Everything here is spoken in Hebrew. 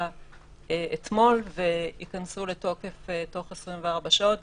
אתמול וייכנסו לתוקף בתוך 24 שעות,